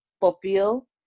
fulfill